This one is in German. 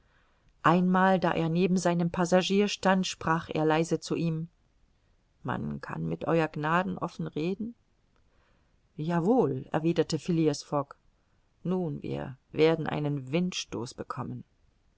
einmal da er neben seinem passagier stand sprach er leise zu ihm man kann mit ew gnaden offen reden ja wohl erwiderte phileas fogg nun wir werden einen windstoß bekommen